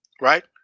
right